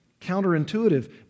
counterintuitive